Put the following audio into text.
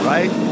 Right